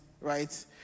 right